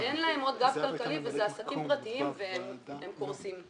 שאין להם גב כלכלי ואלה עסקים פרטיים והם קורסים.